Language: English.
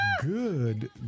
Good